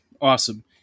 awesome